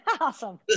Awesome